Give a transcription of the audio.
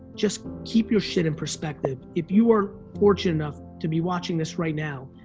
just keep your shit in perspective. if you are fortunate enough to be watching this right now,